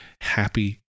Happy